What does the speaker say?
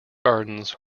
gardens